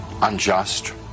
unjust